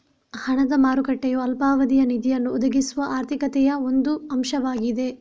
ಹಣದ ಮಾರುಕಟ್ಟೆಯು ಅಲ್ಪಾವಧಿಯ ನಿಧಿಯನ್ನು ಒದಗಿಸುವ ಆರ್ಥಿಕತೆಯ ಒಂದು ಅಂಶವಾಗಿದೆ